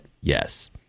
yes